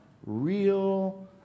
real